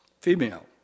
Female